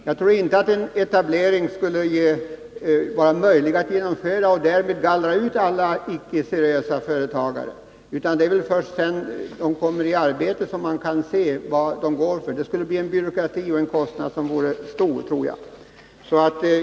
Jag tror inte att en etablering skulle vara möjlig att genomföra eller att den gallrar ut alla icke telser seriösa företagare. Det är väl först när de kommer i arbete som man ser vad de går för. Detta förslag innebär ökad byråkrati och stora kostnader.